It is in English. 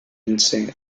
insane